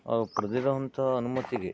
ಅವ್ರು ಪಡೆದಿರುವಂಥ ಅನುಮತಿಗೆ